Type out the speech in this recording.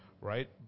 right